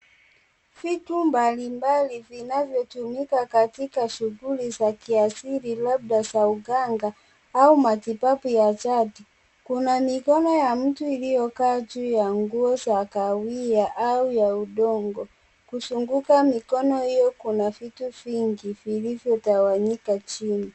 Vitu mbalimbali vinavyo tumia katika shughuli za kiasili, labda za uganga au matibabu ya jadi. Kuna mikono ya mtu iliyokaa nguo za kahawia au ya udongo. Kuzunguka mikono hiyo, kuna vitu vingi vilivyo tawanyika chini.